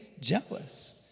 jealous